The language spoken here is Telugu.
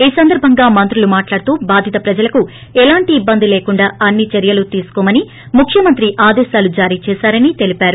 ఈ సందర్బంగా మంత్రులు మాట్లాడుతూ బాధిత ప్రజలకు ఎలాంటి ఇబ్బంది లేకుండా అన్ని చర్యలు తీసుకోమని ముఖ్యమంత్రి ఆదేశించారని తెలిపారు